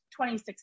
2016